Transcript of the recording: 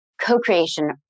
co-creation